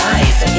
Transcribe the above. Life